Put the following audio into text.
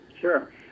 Sure